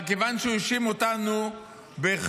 אבל כיוון שהוא האשים אותנו בחברות,